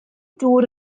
dŵr